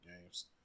games